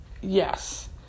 yes